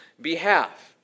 behalf